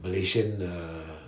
malaysian uh